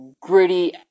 gritty